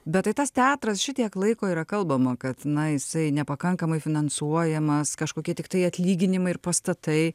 bet tai tas teatras šitiek laiko yra kalbama kad na jisai nepakankamai finansuojamas kažkokie tiktai atlyginimai ir pastatai